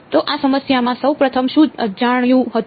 તો આ સમસ્યામાં સૌ પ્રથમ શું અજાણ્યું હતું